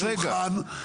רגע.